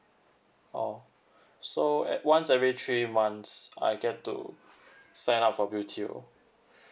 oh so at once every three months I get to sign up for B_T_O